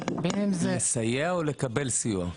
לסייע או לקבל סיוע?